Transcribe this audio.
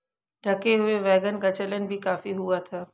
ढके हुए वैगन का चलन भी काफी हुआ था